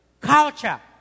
culture